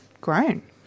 grown